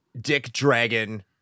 dick-dragon